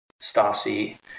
Stasi